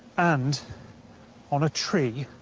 and on a tree.